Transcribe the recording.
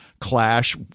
clash